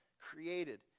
created